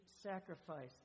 sacrifice